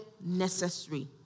necessary